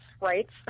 rights